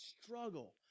struggle